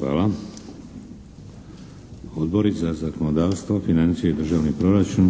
Hvala. Odbori za zakonodavstvo, financije i državni proračun.